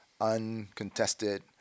uncontested